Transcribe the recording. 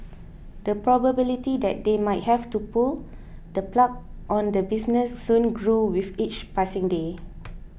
the probability that they might have have to pull the plug on the business soon grew with each passing day